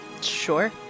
sure